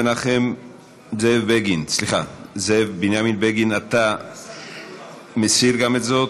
זאב בנימין בגין, אתה מסיר גם את זאת?